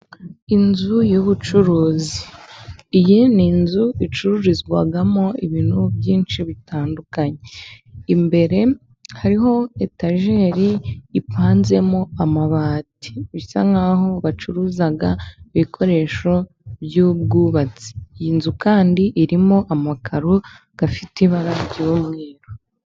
Inzu y'ubucuruzi, iyi ni inzu icururizwamo ibintu byinshi bitandukanye. Imbere hariho etajeri ipanzemo amabati bisa nk'aho bacuruza ibikoresho by'ubwubatsi. Iyi nzu kandi irimo amakaro afite ibara ry'umweru.